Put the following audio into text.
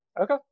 Okay